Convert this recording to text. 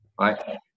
Right